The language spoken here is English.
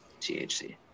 THC